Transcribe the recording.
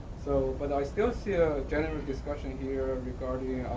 so but i still see a general discussion here regarding